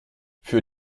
für